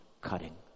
cutting